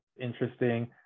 interesting